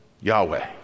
Yahweh